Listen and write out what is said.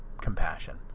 compassion